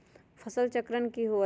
फसल चक्रण की हुआ लाई?